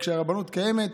שכשהרבנות קיימת,